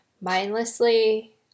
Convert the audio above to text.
mindlessly